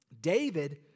David